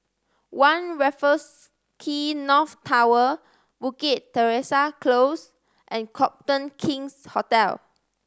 One Raffles Quay North Tower Bukit Teresa Close and Copthorne King's Hotel